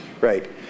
Right